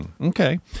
Okay